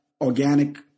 organic